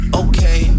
okay